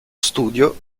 studio